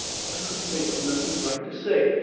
but i couldn't think of nothing bright to say,